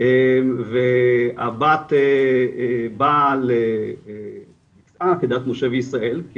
והבת נישאה כדת משה וישראל,